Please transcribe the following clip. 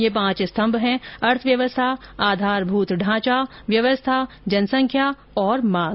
ये पांच स्तंभ हैं अर्थव्यवस्था आधारभूत ढांचा व्यवस्था जनसंख्या और मांग